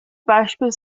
beispiel